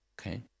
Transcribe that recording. Okay